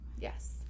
yes